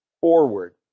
forward